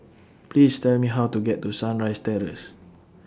Please Tell Me How to get to Sunrise Terrace